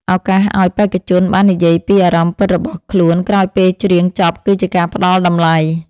ឱកាសឱ្យបេក្ខជនបាននិយាយពីអារម្មណ៍ពិតរបស់ខ្លួនក្រោយពេលច្រៀងចប់គឺជាការផ្ដល់តម្លៃ។